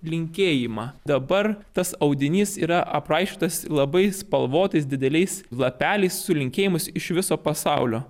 linkėjimą dabar tas audinys yra apraišiotas labai spalvotais dideliais lapeliais su linkėjimais iš viso pasaulio